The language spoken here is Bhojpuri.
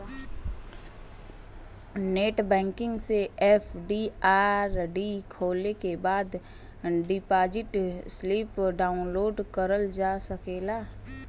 नेटबैंकिंग से एफ.डी.आर.डी खोले के बाद डिपाजिट स्लिप डाउनलोड किहल जा सकला